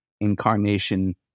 incarnation